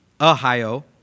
Ohio